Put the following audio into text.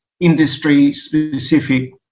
industry-specific